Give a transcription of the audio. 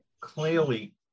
clearly